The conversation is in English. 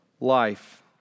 life